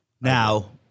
Now